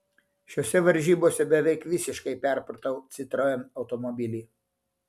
šiose varžybose beveik visiškai perpratau citroen automobilį